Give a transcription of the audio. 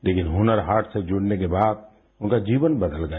लेकिन हुनर हाट से जुड़ने के बाद उनका जीवन बदल गया